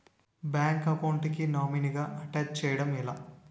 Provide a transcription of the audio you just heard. Bank account కి nominee గా attach చేయడం ఎలా?